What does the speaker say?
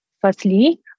Firstly